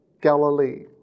Galilee